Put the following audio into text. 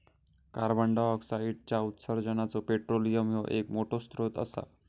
कार्बंडाईऑक्साईडच्या उत्सर्जानाचो पेट्रोलियम ह्यो एक मोठो स्त्रोत असा